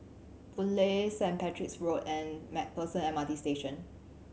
Boon Lay Sanit Patrick's Road and Macpherson M R T Station